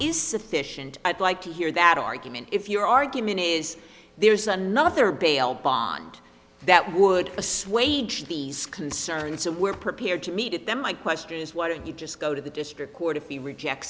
is sufficient i'd like to hear that argument if your argument is there's another bail bond that would assuage these concerns and we're prepared to meet them my question is why don't you just go to the district court if he rejects